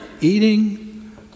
eating